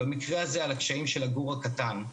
במקרה הזה על הקשיים של הגור הקטן,